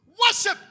Worship